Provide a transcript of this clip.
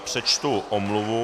Přečtu omluvu.